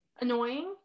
annoying